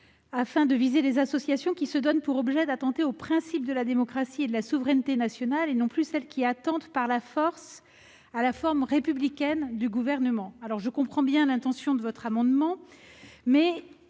afin de viser les associations qui se donnent pour objet d'attenter aux principes de la démocratie et de la souveraineté nationale, et non plus celles qui attentent par la force à la forme républicaine du Gouvernement. Je comprends votre intention, mon cher collègue, mais